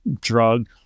drug